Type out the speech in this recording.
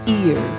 ear